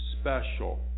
special